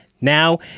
now